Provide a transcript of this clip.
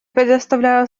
предоставляю